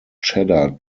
cheddar